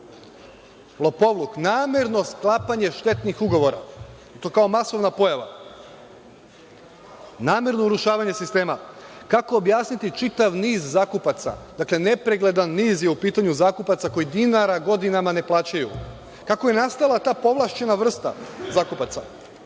lopovluk, namerno sklapanje štetnih ugovora i to kao masovna pojava. Namerno urušavanje sistema. Kako objasniti čitav niz zakupaca, nepregledan niz je u pitanju zakupaca koji dinara godinama ne plaćaju. Kako je nastala ta povlašćena vrsta zakupaca?